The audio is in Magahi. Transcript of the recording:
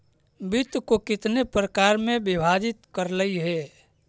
वित्त को कितने प्रकार में विभाजित करलइ हे